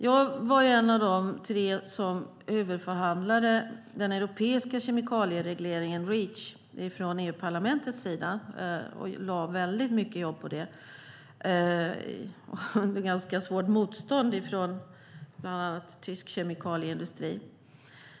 Jag var en av tre som förhandlade fram den europeiska kemikalieregleringen Reach från parlamentets sida. Jag lade ned väldigt mycket jobb på det under ganska svårt motstånd från bland annat tysk kemikalieindustri.